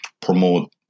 promote